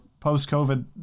post-COVID